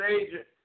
agent